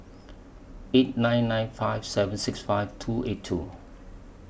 eight nine nine five seven six five two eight two